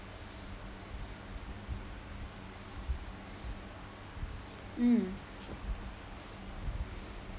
mm